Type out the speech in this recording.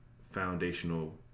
foundational